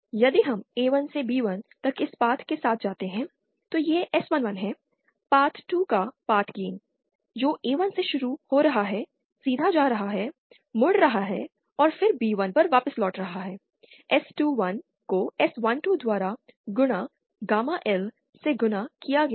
यदि हम A1 से B1 तक इस पाथ के साथ जाते हैं तो यह S11 है पाथ 2 का पाथ गेन जो A1 से शुरू हो रहा है सीधा जा रहा है मुड़ रहा है और फिर B1 पर वापस लौट रहा है S21 को S12 द्वारा गुणा गामा L से गुणा किया गया है